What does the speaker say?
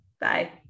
Bye